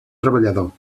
treballador